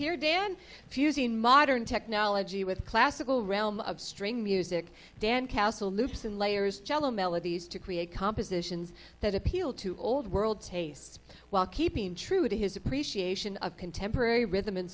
here dan fusing modern technology with classical realm of string music dan kasell loops and layers jello melodies to create compositions that appeal to old world tastes while keeping true to his appreciation of contemporary rhythm and